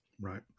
Right